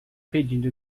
pedindo